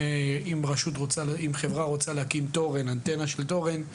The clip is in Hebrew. אם חברה רוצה להקים אנטנה של תורן,